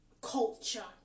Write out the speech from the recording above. culture